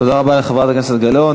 תודה רבה לחברת הכנסת גלאון.